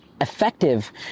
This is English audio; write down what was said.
effective